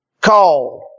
called